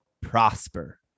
prosper